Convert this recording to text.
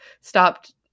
stopped